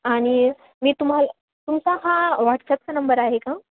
आणि मी तुम्हाला तुमचा हा व्हॉट्सॲपचा नंबर आहे का